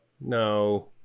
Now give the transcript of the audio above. No